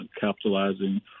capitalizing